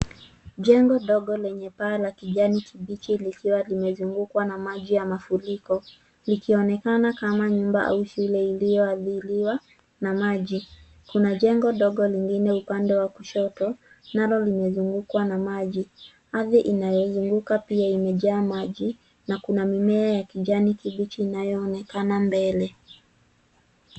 Jengo dogo lenye paa la kijani kibichi likiwa limezungukwa na maji ya mafuriko, likionekana kama nyumba au shule iliyoathiriwa na maji. Kuna jengo dogo lingine upande wa kushoto, nalo limezungukwa na maji. Ardhi inayozunguka pia imejaa maji na kuna mimea ya kijani kibichi inayoonekana mbele.